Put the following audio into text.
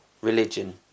religion